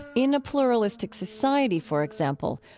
in a pluralistic society, for example,